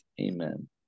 Amen